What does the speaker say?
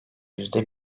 yüzde